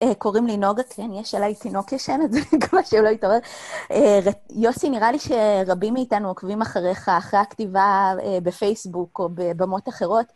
קוראים לי נוגה, כן, יש עליי תינוק ישן, אז אני מקווה שהוא לא יתעורר. יוסי, נראה לי שרבים מאיתנו עוקבים אחריך, אחרי הכתיבה בפייסבוק או בבמות אחרות.